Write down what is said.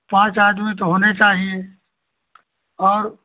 पाँच आदमी तो होने चाहिए और